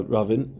Ravin